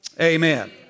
Amen